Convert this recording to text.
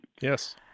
Yes